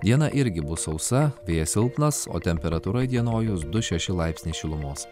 diena irgi bus sausa vėjas silpnas o temperatūra įdienojus du šeši laipsniai šilumos